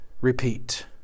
repeat